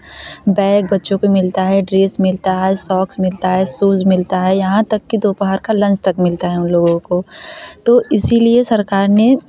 bag बच्चों को मिलता है ड्रेस मिलता है सॉक्स मिलता है सूज़ मिलता है यहाँ तक की दोपहर का लंच तक मिलता है हम लोगों को तो इसीलिए सरकार ने